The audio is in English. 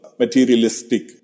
materialistic